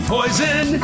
Poison